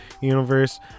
universe